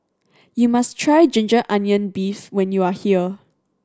you must try ginger onion beef when you are here